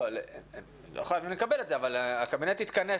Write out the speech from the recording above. לא חייבים לקבל את זה, אבל הקבינט מתכנס